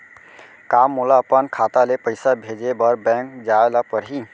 का मोला अपन खाता ले पइसा भेजे बर बैंक जाय ल परही?